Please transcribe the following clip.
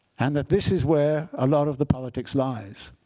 and that this is where a lot of the politics lies.